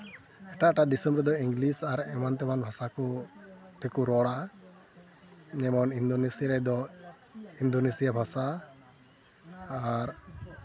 ᱮᱴᱟᱜ ᱮᱴᱟᱜ ᱫᱤᱥᱚᱢ ᱨᱮᱫᱚ ᱤᱝᱞᱤᱥ ᱟᱨ ᱮᱢᱟᱱ ᱛᱮᱢᱟᱱ ᱵᱷᱟᱥᱟ ᱠᱚ ᱛᱮᱠᱚ ᱨᱚᱲᱟ ᱡᱮᱢᱚᱱ ᱤᱱᱫᱳᱱᱮᱥᱤᱭᱟ ᱨᱮᱫᱚ ᱤᱱᱫᱳᱱᱮᱥᱤᱭᱟ ᱵᱷᱟᱥᱟ ᱟᱨ